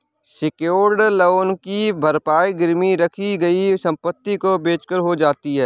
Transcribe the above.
secured loan की भरपाई गिरवी रखी गई संपत्ति को बेचकर हो जाती है